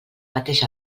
pateix